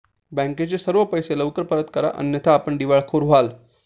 बँकेचे सर्व पैसे लवकर परत करा अन्यथा आपण दिवाळखोर व्हाल